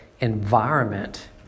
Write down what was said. environment